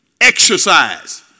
Exercise